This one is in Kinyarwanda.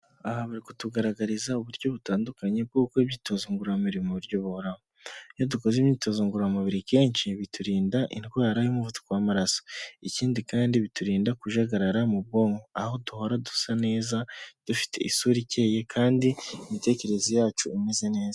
Aha bari kutugaragariza uburyo butandukanye bwo gukora imyitozo ngororamubiri mu buryo buhoraho, iyo dukoze imyitozo ngororamubiri kenshi biturinda indwara y'umuvuduko, w'amaraso ikindi kandi biturinda kujagarara mu bwonko aho duhora dusa neza dufite isura ikeye kandi imitekerereze yacu imeze neza.